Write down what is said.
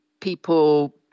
people